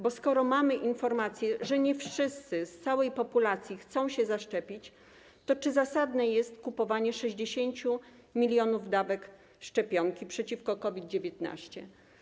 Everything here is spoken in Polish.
Bo skoro mamy informację, że nie wszyscy z całej populacji chcą się zaszczepić, to czy zasadne jest kupowanie 60 mln dawek szczepionki przeciwko COVID-19?